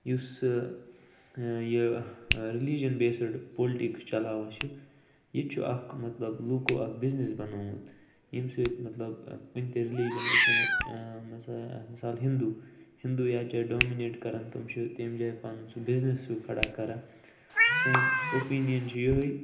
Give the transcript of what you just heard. یُس سُہ یہِ ریٚلِجَن بیسٕڈ پُلٹِکٕس چَلاوان چھِ ییٚتہِ چھُ اَکھ مَطلَب لُکو اَکھ بزنٮ۪س بَنومُت ییٚمہِ سۭتۍ مَطلَب کُنہِ تہِ ریٚلِجَن اَسۍ نِمو مِثال مثال ہِندٛو ہِندٛو یتھ جایہِ ڈامِنیٹ کَرَن تِم چھِ تمہِ جایہِ پَنُن سُہ بِزنٮ۪س ہیٚو کھڑا کَران سون اوٚپینِیَن چھ یِہے